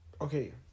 okay